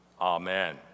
Amen